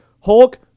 Hulk